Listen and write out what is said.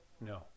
no